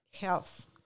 Health